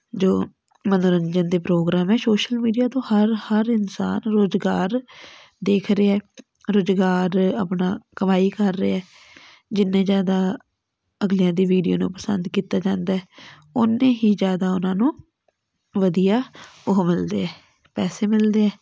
ਜੋ ਮੰਨੋਰੰਜਨ ਦੇ ਪ੍ਰੋਗਰਾਮ ਹੈ ਸ਼ੋਸ਼ਲ ਮੀਡੀਆ ਤੋਂ ਹਰ ਹਰ ਇਨਸਾਨ ਰੁਜ਼ਗਾਰ ਦੇਖ ਰਿਹਾ ਰੁਜ਼ਗਾਰ ਆਪਣਾ ਕਮਾਈ ਕਰ ਰਿਹਾ ਜਿੰਨੇ ਜ਼ਿਆਦਾ ਅਗਲਿਆਂ ਦੀ ਵੀਡੀਓ ਨੂੰ ਪਸੰਦ ਕੀਤਾ ਜਾਂਦਾ ਓਨੇ ਹੀ ਜ਼ਿਆਦਾ ਉਹਨਾਂ ਨੂੰ ਵਧੀਆ ਉਹ ਮਿਲਦੇ ਹੈ ਪੈਸੇ ਮਿਲਦੇ ਹੈ